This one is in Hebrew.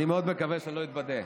אני מאוד מקווה שאני לא אתבדה.